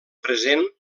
present